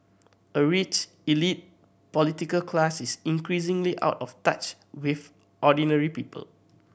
a rich elite political class is increasingly out of touch with ordinary people